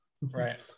Right